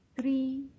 three